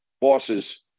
bosses